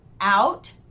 out